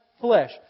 flesh